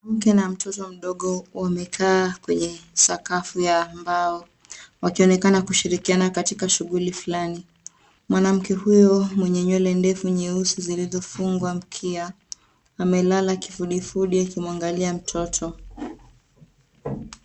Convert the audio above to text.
Mke na mtoto mdogo wamekaa kwenye, sakafu ya mbao. Wakionekana kushirikiana katika shughuli fulani. Mwanamke huyo, mwenye nywele ndefu nyeusi zilizofungwa mkia, amelala kifudifudi akimwangalia mtoto.